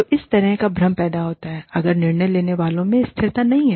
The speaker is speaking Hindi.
तो इस तरह का भ्रम पैदा होता है अगर निर्णय लेने वालों में स्थिरता नहीं है